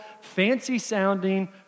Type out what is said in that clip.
fancy-sounding